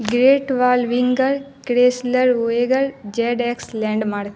great Wall Wingle Chrysler اوئیگر Jade X land mark